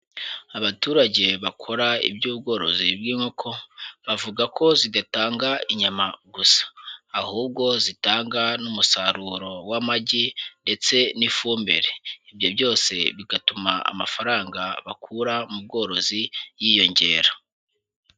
Abaturage bakora iby'ubworozi bw'inkoko, bavuga ko zidatanga inyama gusa, ahubwo zitanga n'umusaruro w'amagi ndetse n'ifumbire, ibyo byose bigatuma amafaranga bakura mu bworozi yiyongera.